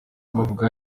bavuga